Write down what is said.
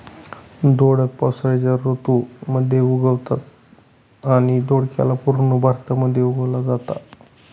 दोडक पावसाळ्याच्या ऋतू मध्ये उगवतं आणि दोडक्याला पूर्ण भारतामध्ये उगवल जाता